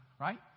right